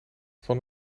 van